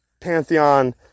pantheon